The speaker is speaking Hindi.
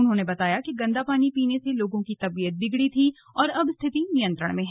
उन्होंने बताया कि गंदा पानी पीने से लोगों की तबियत बिगड़ी थी और अब स्थिति नियंत्रण में है